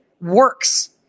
works